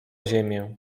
ziemię